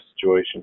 situation